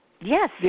Yes